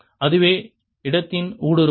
அதுவே இடத்தின் ஊடுருவல்